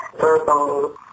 verbal